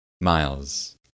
Miles